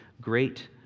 great